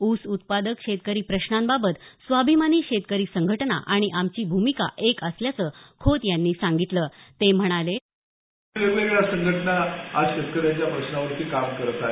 ऊस उत्पादक शेतकरी प्रश्नांबाबत स्वाभिमानी शेतकरी संघटना आणि आमची भूमिका एक असल्याचं खोत यांनी सांगितलं ते म्हणाले वेगवेगळ्या संघटना आज शेतकऱ्यांच्या प्रश्नांवरती काम करत आहे